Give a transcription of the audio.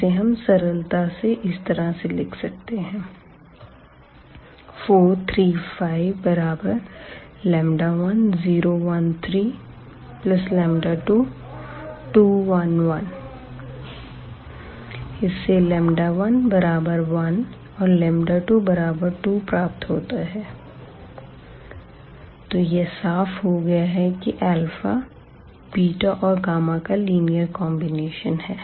इसे हम सरलता से इस तरह से लिख सकते हैं 4 3 5 10 1 3 22 1 1 1122 तो यह साफ हो गया है कि अल्फा बीटा और गामा का लीनियर कॉन्बिनेशन है